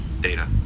Data